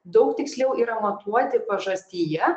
daug tiksliau yra matuoti pažastyje